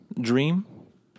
dream